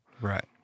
Right